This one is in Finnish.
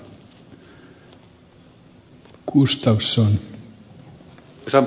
arvoisa puhemies